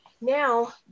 Now